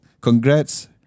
congrats